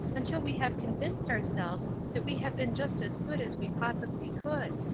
until we have convinced ourselves that we have been just as good as we possibly could.